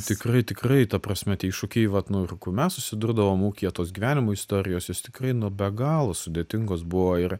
tikrai tikrai ta prasme tie iššūkiai vat nu ir kur mes susidurdavom ūkyje tos gyvenimo istorijos jos tikrai nu be galo sudėtingos buvo ir